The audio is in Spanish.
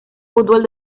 fútbol